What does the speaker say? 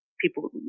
people